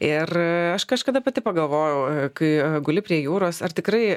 ir aš kažkada pati pagalvojau kai guli prie jūros ar tikrai